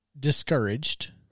Discouraged